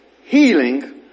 healing